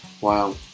Wow